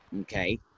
okay